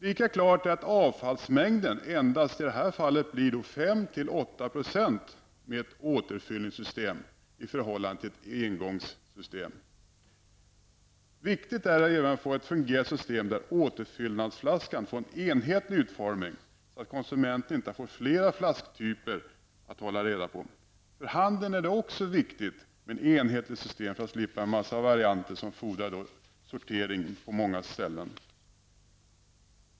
Lika klart är att avfallsmängden i det här fallet endast blir 5--8 % med ett återfyllningssystem i förhållande till ett engångssystem. Det är viktigt att få ett fungerande system där återfyllnadsflaskan får en enhetlig utformning så att konsumenterna inte får flera flasktyper att hålla reda på. För handeln måste det också vara viktigt med ett enhetligt system för att slippa en massa varianter som fordrar sortering på många ställen.